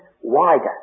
wider